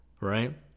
right